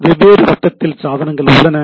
வெவ்வேறு மட்டத்தில் சாதனங்கள் உள்ளன